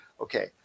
Okay